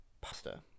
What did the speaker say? pasta